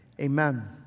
amen